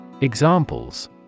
Examples